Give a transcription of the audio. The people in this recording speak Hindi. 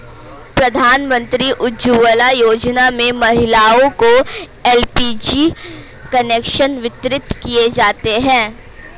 प्रधानमंत्री उज्ज्वला योजना में महिलाओं को एल.पी.जी कनेक्शन वितरित किये जाते है